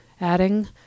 Adding